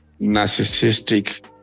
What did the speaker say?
narcissistic